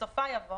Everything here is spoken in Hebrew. בסופה יבוא